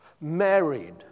married